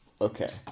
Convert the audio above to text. Okay